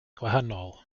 gwahanol